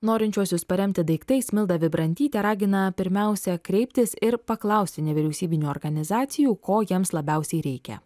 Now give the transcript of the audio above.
norinčiuosius paremti daiktais milda vibrantytė ragina pirmiausia kreiptis ir paklausti nevyriausybinių organizacijų ko jiems labiausiai reikia